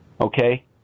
Okay